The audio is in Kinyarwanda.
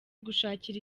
gushakira